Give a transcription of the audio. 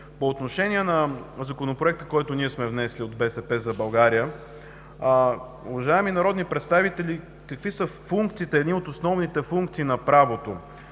По отношение на Законопроекта, който сме внесли от „БСП за България“. Уважаеми народни представители, какви са основните функции на правото?